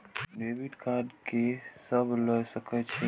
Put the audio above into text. Debit card के सब ले सके छै?